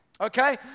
okay